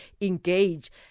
engage